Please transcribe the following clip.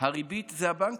הריבית הוא הבנקים,